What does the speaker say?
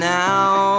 now